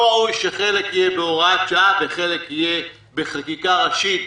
לא ראוי שחלק יהיה בהוראת שעה וחלק יהיה בהוראה ראשית.